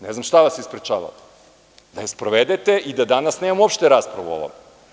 Ne znam šta vas je sprečavalo da je sprovedete i da danas nemamo uopšte raspravu o ovome.